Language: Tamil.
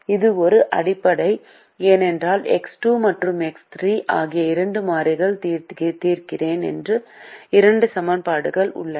இது ஒரு அடிப்படை ஏனென்றால் நான் எக்ஸ் 2 மற்றும் எக்ஸ் 3 ஆகிய இரண்டு மாறிகள் தீர்க்கிறேன் எனக்கு இரண்டு சமன்பாடுகள் உள்ளன